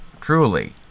Truly